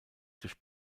durch